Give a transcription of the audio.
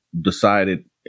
decided